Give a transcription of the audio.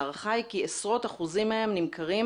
ההערכה היא כי עשרות אחוזים מהם נמכרים